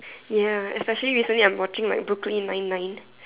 ya especially recently I'm watching like Brooklyn nine nine